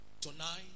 Tonight